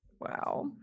Wow